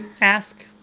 ask